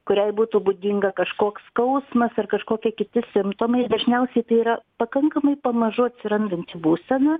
kuriai būtų būdinga kažkoks skausmas ir kažkokie kiti simptomai dažniausiai tai yra pakankamai pamažu atsirandanti būsena